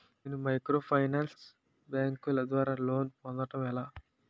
నేను మైక్రోఫైనాన్స్ బ్యాంకుల ద్వారా లోన్ పొందడం ఎలా?